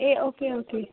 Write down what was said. A okay okay